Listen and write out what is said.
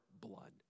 blood